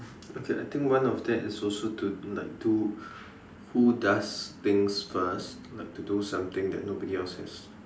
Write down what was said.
okay I think one of that is also to like do who does things first like to do something that nobody else has